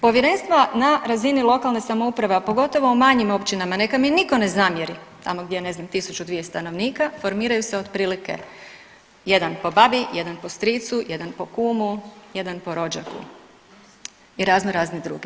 Povjerenstva na razini lokalne samouprave, a pogotovo u manjim općinama neka mi niko ne zamjeri tako gdje je ne znam tisuću dvije stanovnika formiraju se otprilike jedan po babi, jedan po stricu, jedan po kumu, jedan po rođaku i razno razni drugi.